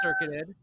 circuited